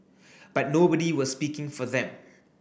but nobody was speaking for them